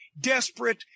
desperate